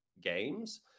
games